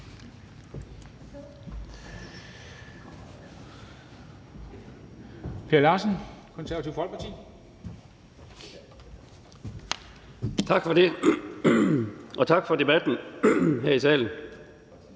Per Larsen (KF): Tak for det, og tak for debatten her i salen.